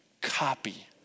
copy